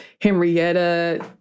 Henrietta